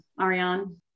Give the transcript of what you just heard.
Ariane